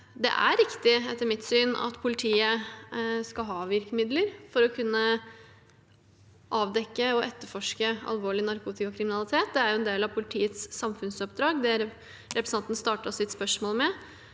det er riktig, etter mitt syn, at politiet skal ha virkemidler for å kunne avdekke og etterforske alvorlig narkotikakriminalitet. Det er jo en del av politiets samfunnsoppdrag, som representanten startet sitt spørsmål med,